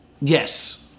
Yes